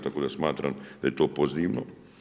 Tako da smatram da je to pozitivno.